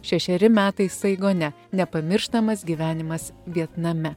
šešeri metai saigone nepamirštamas gyvenimas vietname